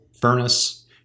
furnace